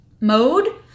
mode